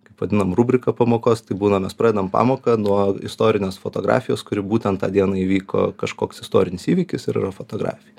kaip vadinam rubriką pamokos tai būna mes pradedam pamoką nuo istorinės fotografijos kuri būtent tą dieną įvyko kažkoks istorinis įvykis ir yra fotografija